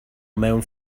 mewn